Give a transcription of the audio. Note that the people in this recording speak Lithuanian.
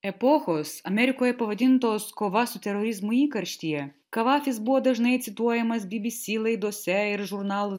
epochos amerikoje pavadintos kova su terorizmu įkarštyje kavafis buvo dažnai cituojamas bbc laidose ir žurnalų